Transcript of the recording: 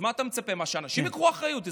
אז מה אתה מצפה שאנשים ייקחו אחריות?